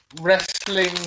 wrestling